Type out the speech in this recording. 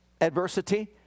adversity